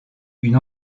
une